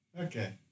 Okay